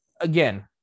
again